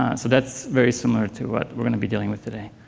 ah so that's very similar to what we're going to be dealing with today.